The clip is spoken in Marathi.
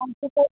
आमचे ते